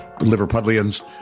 liverpudlians